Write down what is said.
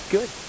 Good